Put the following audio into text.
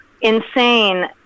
insane